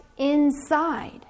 inside